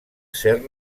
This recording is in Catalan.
cert